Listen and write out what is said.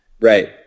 Right